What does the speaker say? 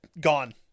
gone